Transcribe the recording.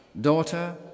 daughter